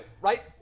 right